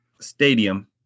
stadium